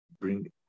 bring